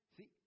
See